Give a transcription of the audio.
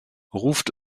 ruft